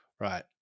right